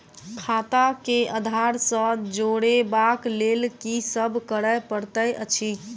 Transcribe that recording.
खाता केँ आधार सँ जोड़ेबाक लेल की सब करै पड़तै अछि?